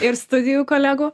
ir studijų kolegų